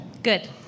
Good